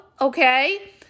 okay